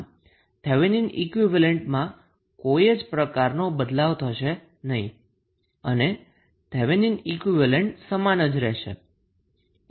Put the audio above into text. આમ થેવેનિન ઈક્વીવેલેન્ટમાં કોઈ જ પ્રકારનો બદલાવ થશે નહી અને થેવેનિન ઈક્વીવેલેન્ટ સમાન રહેશે